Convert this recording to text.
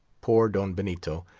poor don benito,